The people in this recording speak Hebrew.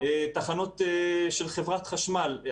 תחנות של חברת חשמל,